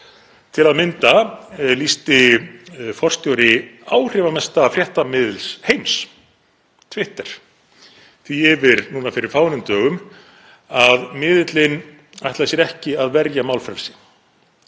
Til að mynda lýsti forstjóri áhrifamesta fréttamiðils heims, Twitter, því yfir núna fyrir fáeinum dögum að miðillinn ætlaði sér ekki að verja málfrelsi,